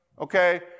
Okay